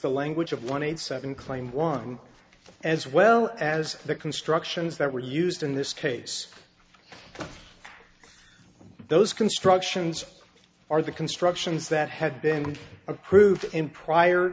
the language of one hundred seven claimed one as well as the constructions that were used in this case those constructions are the constructions that had been approved in prior